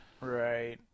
Right